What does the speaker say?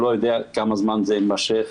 לא יודע כמה זמן זה יימשך.